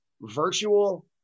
virtual